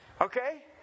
okay